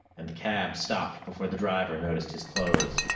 and the cab stopped before the driver noticed his clothes.